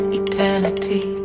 eternity